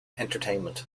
entertainment